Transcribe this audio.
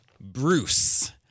Bruce